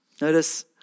Notice